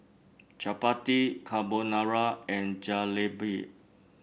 Chapati Carbonara and Jalebi